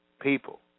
people